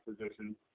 position